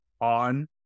on